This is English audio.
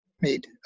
made